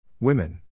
Women